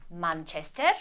Manchester